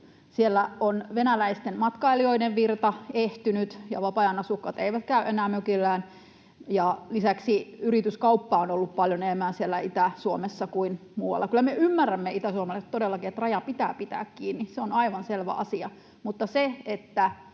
Siellä on venäläisten matkailijoiden virta ehtynyt ja vapaa-ajanasukkaat eivät käy enää mökillään, ja lisäksi yrityskauppaa on ollut siellä Itä-Suomessa paljon enemmän kuin muualla. Kyllä me itäsuomalaiset ymmärrämme todellakin, että raja pitää pitää kiinni, se on aivan selvä asia,